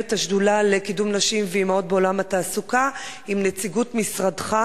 השדולה לקידום נשים ואמהות בעולם התעסוקה עם נציגות משרדך.